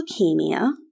leukemia